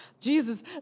Jesus